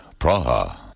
Praha